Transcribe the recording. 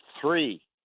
three